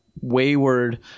wayward